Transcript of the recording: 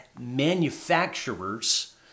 manufacturers